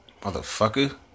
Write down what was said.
Motherfucker